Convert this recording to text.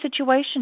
situation